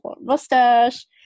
mustache